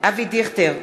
אבי דיכטר,